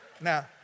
Now